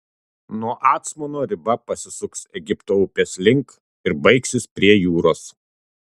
nuo acmono riba pasisuks egipto upės link ir baigsis prie jūros